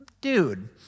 Dude